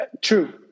True